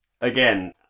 again